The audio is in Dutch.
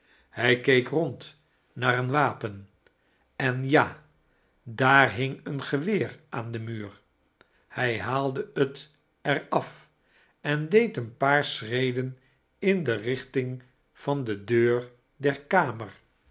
hij keek rond naar een wapen en ja daar hing een geweer aan den muur hij haalde liet er af en deed een paar schreden in de richtihg van de deur der kamer